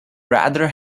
rather